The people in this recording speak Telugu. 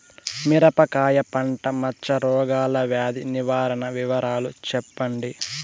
మిరపకాయ పంట మచ్చ రోగాల వ్యాధి నివారణ వివరాలు చెప్పండి?